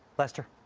lester?